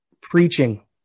preaching